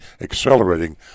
accelerating